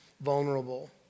vulnerable